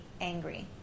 angry